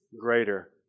greater